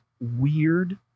weird